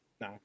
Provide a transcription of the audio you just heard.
Nah